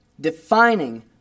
defining